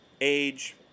age